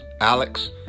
Alex